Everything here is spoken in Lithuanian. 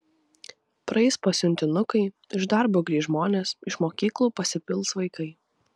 praeis pasiuntinukai iš darbo grįš žmonės iš mokyklų pasipils vaikai